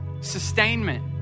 sustainment